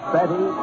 Betty